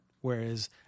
whereas